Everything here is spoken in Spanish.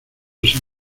sin